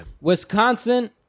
Wisconsin